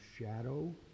shadow